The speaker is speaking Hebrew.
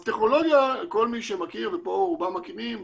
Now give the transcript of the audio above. אז טכנולוגיה כל מי שמכיר ופה רובם מכירים,